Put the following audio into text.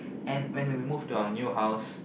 and when we move to our new house